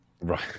right